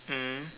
mm